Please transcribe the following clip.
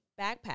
backpack